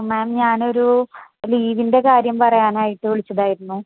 മാം ഞാനൊരൂ ലീവിൻ്റെ കാര്യം പറയാനായിട്ട് വിളിച്ചതായിരുന്നു